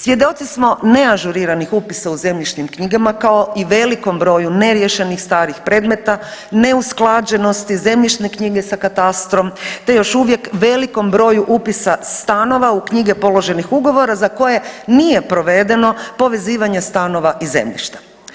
Svjedoci smo neažuriranih upisa u zemljišnim knjigama, kao i velikom broju neriješenih starih predmeta, neusklađenosti zemljišne knjige sa katastrom te još uvijek velikom broju upisa stanova u knjige položenih ugovora za koje nije provedeno povezivanje stanova i zemljišta.